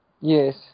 Yes